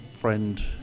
friend